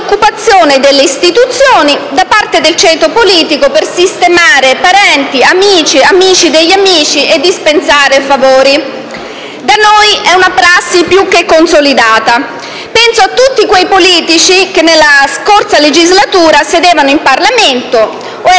dell'occupazione delle istituzioni da parte del ceto politico per sistemare parenti, amici e amici degli amici e dispensare favori. Da noi è una prassi più che consolidata. Penso a tutti quei politici che nella scorsa legislatura sedevano in Parlamento o